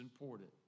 important